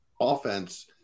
offense